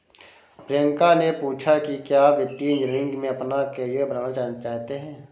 प्रियंका ने पूछा कि क्या आप वित्तीय इंजीनियरिंग में अपना कैरियर बनाना चाहते हैं?